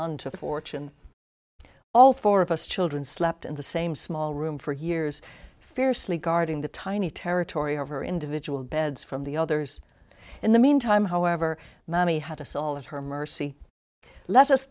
to fortune all four of us children slept in the same small room for years fiercely guarding the tiny territory over individual beds from the others in the meantime however mommy had us all of her mercy le